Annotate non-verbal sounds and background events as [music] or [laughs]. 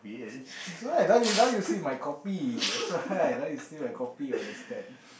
so I don't you now you now you see my copy that's [laughs] why now you see my copy you will understand